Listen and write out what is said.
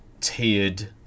tiered